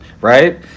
Right